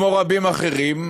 כמו רבים אחרים,